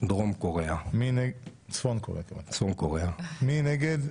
מי בעד, מי נגד?